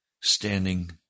standing